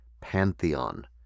pantheon